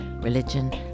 religion